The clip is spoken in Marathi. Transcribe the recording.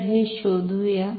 तर हे शोधुया